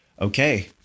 okay